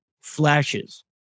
flashes